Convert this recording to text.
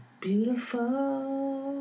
Beautiful